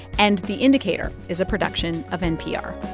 and the indicator is a production of npr